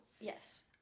Yes